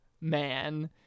man